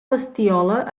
bestiola